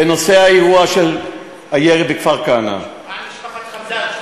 בנושא אירוע הירי בכפר-כנא, מה על משפחת חמדאן?